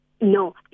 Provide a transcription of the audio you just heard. No